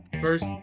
first